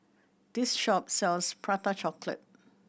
this shop sells Prata Chocolate